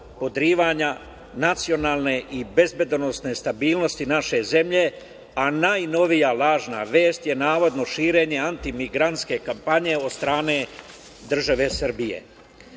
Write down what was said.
podrivanja nacionalne i bezbednosne stabilnosti naše zemlje? Najnovija lažna vest, je navodno širenje anti-migranske kampanje od strane države